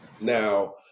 Now